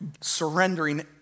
surrendering